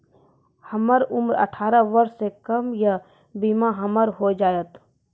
हमर उम्र अठारह वर्ष से कम या बीमा हमर हो जायत?